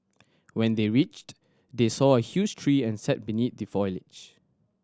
when they reached they saw a huge tree and sat beneath the foliage